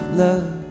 love